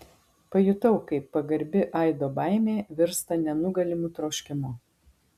pajutau kaip pagarbi aido baimė virsta nenugalimu troškimu